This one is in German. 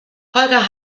holger